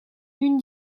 une